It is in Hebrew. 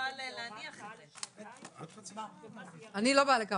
אני מושך.